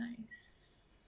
nice